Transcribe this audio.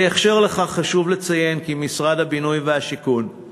בקשר לכך חשוב לציין כי משרד הבינוי והשיכון,